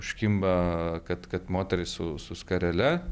užkimba kad kad moteris su su skarele